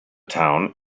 town